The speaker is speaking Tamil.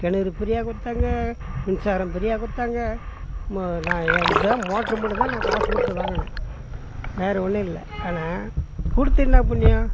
கிணறு ஃப்ரீயா கொடுத்தாங்க மின்சாரம் ஃப்ரீயா கொடுத்தாங்க மு நான் இந்த மோட்ரு மட்டும் தான் நான் காசு கொடுத்து வாங்கினேன் வேற ஒன்னும் இல்லை ஆனால் கொடுத்து என்ன புண்ணியம்